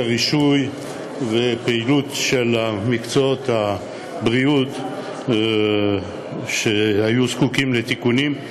רישוי ופעילות של מקצועות הבריאות שהיו זקוקים לתיקונים.